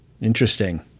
Interesting